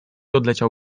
odleciał